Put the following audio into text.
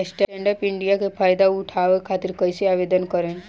Stand up India के फाइदा उठाओ खातिर कईसे आवेदन करेम?